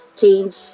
change